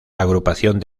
agrupación